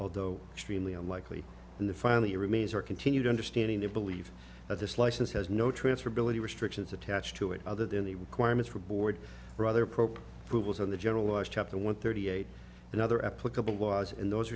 although extremely unlikely in the find the remains are continued understanding they believe that this license has no transferability restrictions attached to it other than the requirements for board rather pro who was on the general us chapter one thirty eight and other applicable laws and those